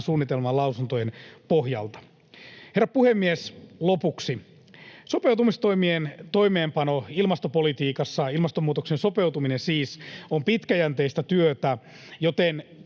suunnitelmaan lausuntojen pohjalta. Herra puhemies! Lopuksi. Sopeutumistoimien toimeenpano ilmastopolitiikassa, ilmastonmuutokseen sopeutuminen siis, on pitkäjänteistä työtä, joten